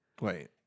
Wait